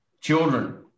children